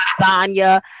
lasagna